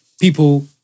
people